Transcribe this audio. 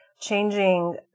changing